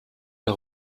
der